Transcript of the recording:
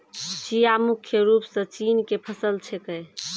चिया मुख्य रूप सॅ चीन के फसल छेकै